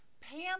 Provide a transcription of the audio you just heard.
Pam